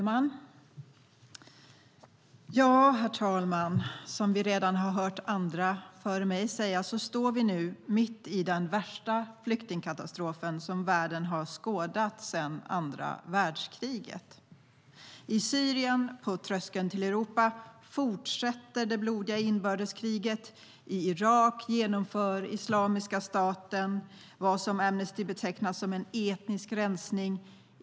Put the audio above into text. Herr talman! Som vi redan har hört andra före mig säga står vi nu mitt i den värsta flyktingkatastrof som världen har skådat sedan andra världskriget. I Syrien, på tröskeln till Europa, fortsätter det blodiga inbördeskriget. I Irak genomför Islamiska staten vad Amnesty betecknar som en etnisk rensning.